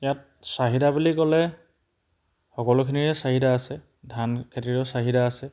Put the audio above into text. ইয়াত চাহিদা বুলি ক'লে সকলোখিনিৰে চাহিদা আছে ধানখেতিৰো চাহিদা আছে